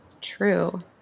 true